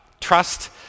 Trust